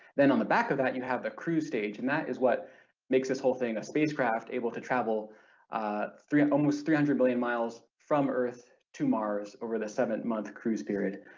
then on the back of that you have the cruise stage and that is what makes this whole thing a spacecraft able to travel ah three and almost three hundred million miles from earth to mars over the seven month cruise period.